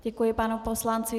Děkuji panu poslanci.